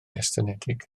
estynedig